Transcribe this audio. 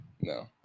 no